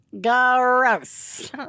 Gross